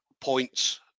points